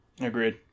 Agreed